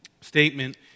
statement